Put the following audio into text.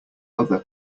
other